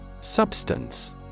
Substance